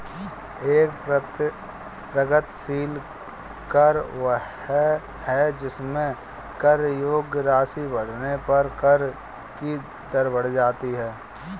एक प्रगतिशील कर वह है जिसमें कर योग्य राशि बढ़ने पर कर की दर बढ़ जाती है